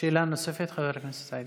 שאלה נוספת, חבר הכנסת אלחרומי.